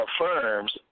Affirms